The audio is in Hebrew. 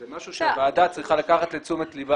זה משהו שהוועדה צריכה לקחת לתשומת לבה,